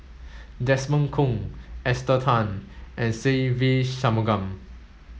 Desmond Kon Esther Tan and Se Ve Shanmugam